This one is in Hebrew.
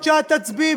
תקשיב לי